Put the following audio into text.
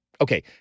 Okay